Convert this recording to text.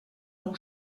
nou